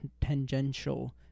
tangential